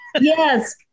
Yes